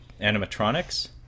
animatronics